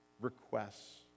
requests